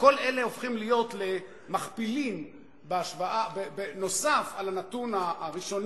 כל אלה הופכים להיות מכפילים נוסף על הנתון הראשוני,